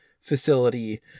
facility